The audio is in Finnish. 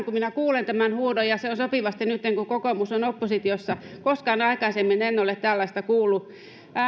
kun minä kuulen tämän huudon ja se on sopivasti nytten kun kokoomus on oppositiossa koskaan aikaisemmin en ole tällaista kuullut